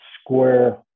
square